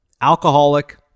alcoholic